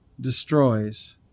destroys